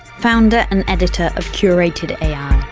founder and editor of curated ai.